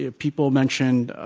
ah people mentioned